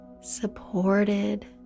supported